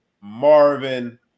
Marvin